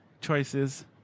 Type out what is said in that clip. choices